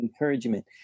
encouragement